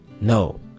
No